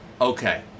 okay